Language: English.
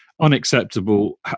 Unacceptable